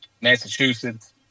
Massachusetts